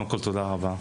תודה לנאוה.